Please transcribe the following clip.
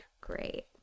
Great